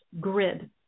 grid